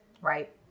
Right